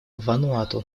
вануату